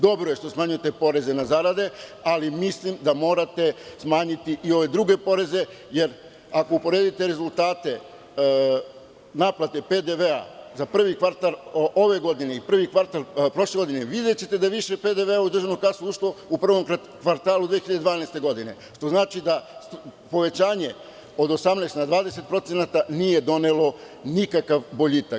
Dobro je što smanjujete poreze na zarade, ali mislim da morate smanjiti i ove druge poreze, jer ako uporedite rezultate naplate PDV za prvi kvartal ove godine i prvi kvartal prošle godine, videćete da je više PDV u državnu kasu ušlo u prvom kvartalu 2012. godine, što znači da povećanje od 18% na 20% nije donelo nikakav boljitak.